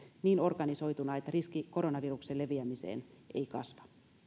niin organisoituna että riski koronaviruksen leviämiseen ei kasva